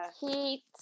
heat